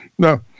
No